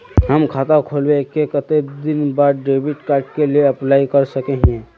हम खाता खोलबे के कते दिन बाद डेबिड कार्ड के लिए अप्लाई कर सके हिये?